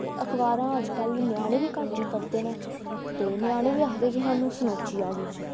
ते अखबारां अज्जकल ञ्यानें बी घट्ट ई पढ़दे न ते ञ्यानें बी आखदे कि सानूं सनोची जा किश